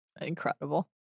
Incredible